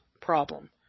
problem